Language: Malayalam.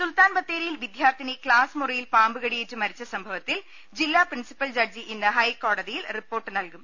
സുൽത്താൻബത്തേരിയിൽ വിദ്യാർത്ഥിനി ക്ലാസ് മുറിയിൽ പാമ്പുകടിയേറ്റ് മരിച്ച സംഭവത്തിൽ ജില്ലാ പ്രിൻസിപ്പൽ ജഡ്ജി ഇന്ന് ഹൈക്കോടതിയിൽ റിപ്പോർട്ട് നൽകും